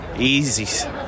Easy